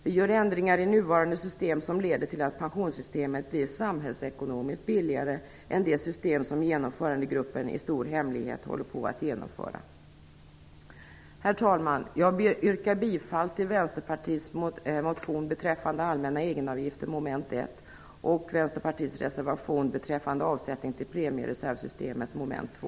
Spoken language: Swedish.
Vi föreslår ändringar i nuvarande system som leder till att pensionssystemet blir samhällsekonomiskt billigare än det system som genomförandegruppen i stor hemlighet håller på att genomföra. Herr talman! Jag yrkar bifalll till Vänsterpartiets motion beträffande allmänna egenavgifter, mom. 1, och Vänsterpartiets reservation beträffande avsättning till premiereservsystemet, mom. 2.